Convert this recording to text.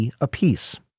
apiece